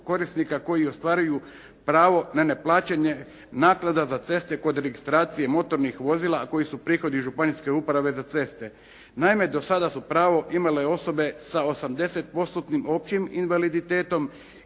korisnika koji ostvaruju pravo na neplaćanje naknada za ceste kod registracije motornih vozila a koji su prihodi županijske uprave za ceste. Naime, do sada su pravo imale osobe sa 80%-tnim općim invaliditetom